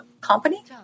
company